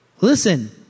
Listen